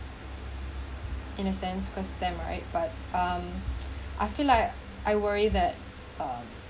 in a sense first time right but um I feel like I worry that um